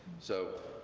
so,